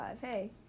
Hey